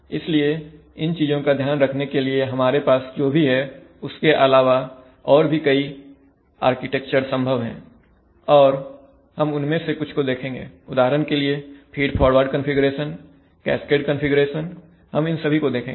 इसलिए इन चीजों का ध्यान रखने के लिए हमारे पास जो भी है उसके अलावा और भी कई आर्किटेक्चर संभव है और हम उनमें से कुछ को देखेंगे उदाहरण के लिए feed forward configuration cascade configuration हम इन सभी को देखेंगे